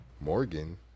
morgan